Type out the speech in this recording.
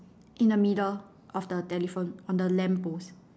in the middle of the telephone on the lamp post